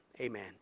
amen